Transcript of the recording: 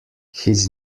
his